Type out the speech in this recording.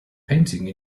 painting